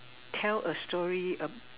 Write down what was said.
tell a story a